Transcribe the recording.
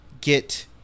get